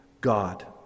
God